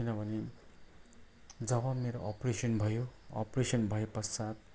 किनभने जब मेरो अप्रेसन् भयो अप्रेसन् भए पश्चात